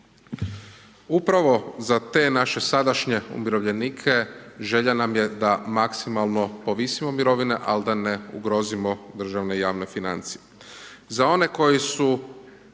Upravo za te naše sadašnje umirovljenike, želja nam je da maksimalno povisimo mirovine, ali da ne ugrozimo državne javne financije.